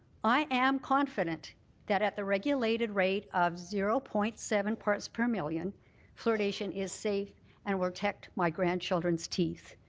i am confident that at the regulated rate of zero point seven parts per million fluoridation is safe and will protect my grandchildren's teeth.